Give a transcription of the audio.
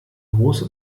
große